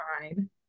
fine